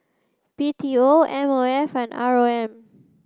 B T O M O F and R O M